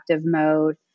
mode